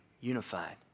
unified